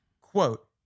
quote